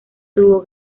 tuvo